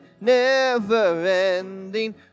never-ending